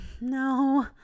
no